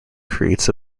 creates